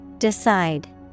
Decide